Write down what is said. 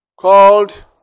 called